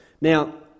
Now